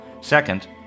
Second